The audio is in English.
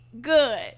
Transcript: good